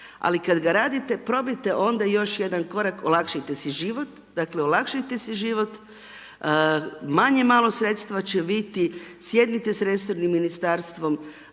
ali kada ga radite, probajte onda još jedan korak olakšajte si život, olakšajte si život, manje malo sredstva će biti sjednite s resornim ministarstvom,